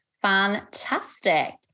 Fantastic